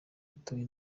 yatowe